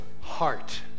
heart